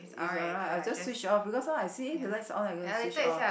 it's alright I'll just switch off because sometimes I see the lights on I'm gonna switch off